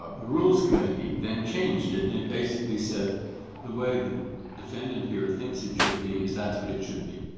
um rules committee then changed it, and it basically said the way the defendant here thinks it should be is that's what it should be?